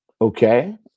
Okay